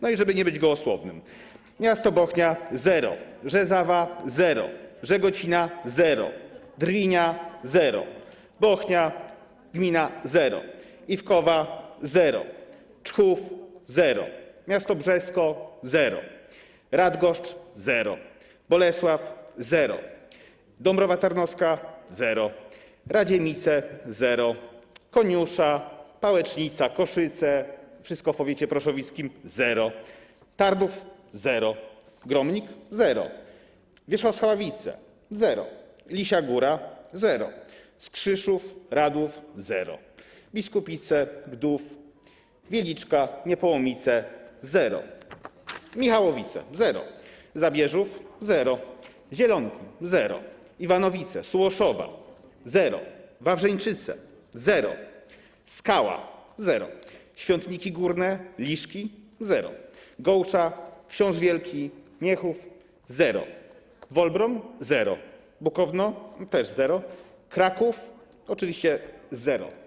No i żeby nie być gołosłownym: miasto Bochnia - zero, Rzezawa - zero, Żegocina - zero, Drwinia - zero, gmina Bochnia- zero, Iwkowa - zero, Czchów - zero, miasto Brzesko - zero, Radgoszcz - zero, Bolesław - zero, Dąbrowa Tarnowska - zero, Radziemice - zero, Koniusza, Pałecznica, Koszyce, wszystko w powiecie proszowickim - zero, Tarków - zero, Gromnik - zero, Wierzchosławice - zero, Lisia Góra - zero, Skrzyszów, Radłów - zero, Biskupice, Gdów, Wieliczka, Niepołomice - zero, Michałowice - zero, Zabierzów - zero, Zielonki - zero, Iwanowice, Sułoszowa - zero, Wawrzeńczyce - zero, Skała - zero, Świątniki Górne, Liszki - zero, Gołcza, Książ Wielki, Miechów - zero, Wolbrom - zero, Bukowno - też zero, Kraków - oczywiście zero.